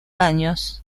años